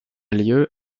lieu